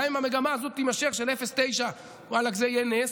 גם אם המגמה הזאת של 0.9% תימשך, ואלכ זה יהיה נס,